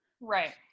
right